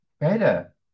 better